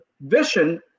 vision